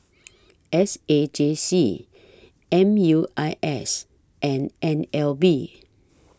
S A J C M U I S and N L B